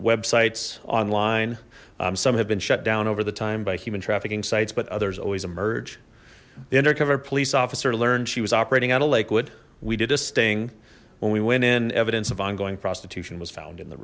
websites online some have been shut down over the time by human trafficking sites but others always emerge the undercover police officer learned she was operating out of lakewood we did a sting when we went in evidence of ongoing prostitution was found in the